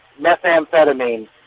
methamphetamine